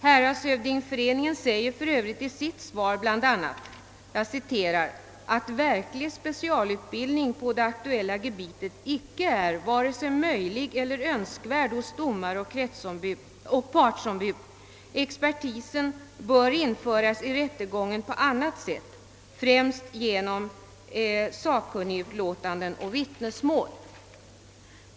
Häradshövdingeföreningen säger för övrigt i sitt svar bl.a. »att verklig specialutbildning på det aktuella gebitet icke är vare sig möjlig eller önskvärd hos domare eller partsombud. Expertisen bör införas i rättegången på annat sätt, främst genom sakkunnigutlåtanden och vittnesmål».